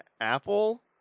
Apple